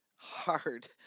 hard